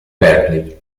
berkeley